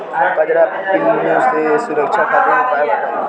कजरा पिल्लू से सुरक्षा खातिर उपाय बताई?